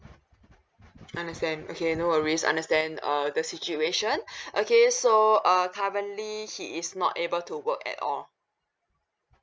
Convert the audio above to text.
understand okay no worries understand err the situation okay so uh currently he is not able to work at all